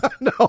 No